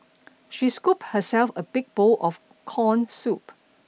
she scooped herself a big bowl of corn soup